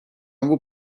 will